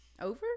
over